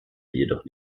jedoch